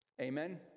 Amen